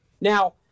Now